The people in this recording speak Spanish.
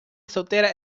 soltera